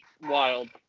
wild